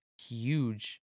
Huge